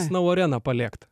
snow areną palikt